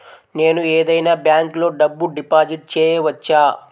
నేను ఏదైనా బ్యాంక్లో డబ్బు డిపాజిట్ చేయవచ్చా?